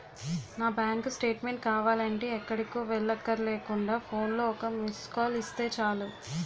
నా bank statement కావాలంటే ఎక్కడికో వెళ్ళక్కర్లేకుండా ఫోన్లో ఒక్క మిస్కాల్ ఇస్తే చాలు